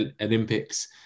olympics